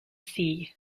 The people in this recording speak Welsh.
thi